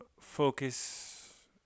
Focus